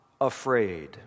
afraid